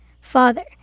Father